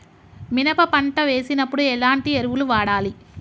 మినప పంట వేసినప్పుడు ఎలాంటి ఎరువులు వాడాలి?